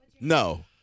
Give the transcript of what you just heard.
No